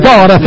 God